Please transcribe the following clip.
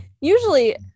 usually